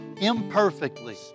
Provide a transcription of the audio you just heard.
imperfectly